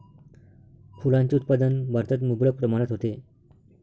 फुलांचे उत्पादन भारतात मुबलक प्रमाणात होते